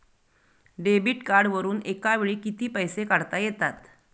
Debit कार्डवरुन एका वेळी किती पैसे काढता येतात?